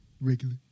Regular